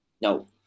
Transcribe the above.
No